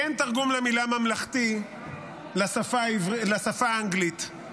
אין תרגום למילה ממלכתי לשפה האנגלית.